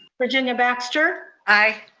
virginia baxter aye.